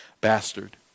bastard